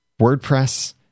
WordPress